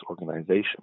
organization